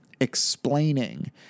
Explaining